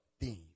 theme